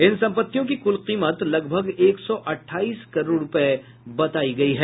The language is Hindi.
इन संपत्तियों की कुल कीमत लगभग एक सौ अठाईस करोड़ रुपये बतायी गयी है